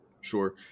sure